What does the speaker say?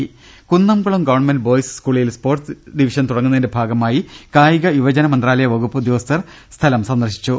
രുട്ട്ട്ട്ട്ട്ട്ട്ട Kunnamkulam government boys സ്കൂളിൽ sports division തുടങ്ങുന്നതിന്റെ ഭാഗമായി കായിക യുവജന മന്ത്രാലയ വകുപ്പ് ഉദ്യോ ഗസ്ഥർ സ്ഥലം സന്ദർശിച്ചു